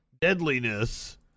deadliness